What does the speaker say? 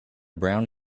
brown